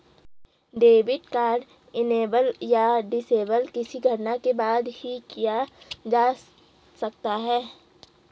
debit card enable या disable किसी घटना के बाद ही किया जा सकता है